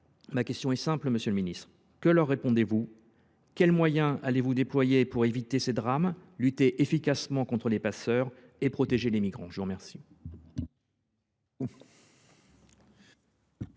Ma question est simple, monsieur le ministre : que leur répondez vous ? Quels moyens allez vous déployer pour éviter ces drames, lutter efficacement contre les passeurs et protéger les migrants ? La parole